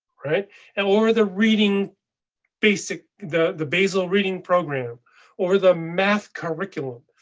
right and or the reading basic. the the basel reading program or the math curriculum.